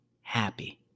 happy